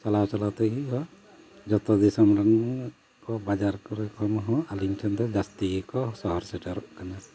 ᱪᱟᱞᱟᱣ ᱪᱟᱞᱟᱣ ᱛᱮ ᱦᱩᱭᱩᱜᱼᱟ ᱡᱚᱛᱚ ᱫᱤᱥᱚᱢ ᱨᱮᱱ ᱠᱚ ᱵᱟᱡᱟᱨ ᱠᱚᱨᱮ ᱠᱷᱚᱱ ᱦᱚᱸ ᱟᱹᱞᱤᱧ ᱴᱷᱮᱱ ᱫᱚ ᱡᱟᱹᱥᱛᱤ ᱜᱮᱠᱚ ᱥᱚᱦᱚᱨ ᱥᱮᱴᱮᱨᱚᱜ ᱠᱟᱱᱟ